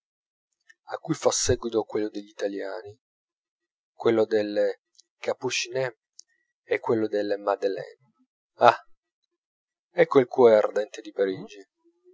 a cui fa seguito quello degl'italiani quello delle capucines e quello della madeleine ah ecco il cuore ardente di parigi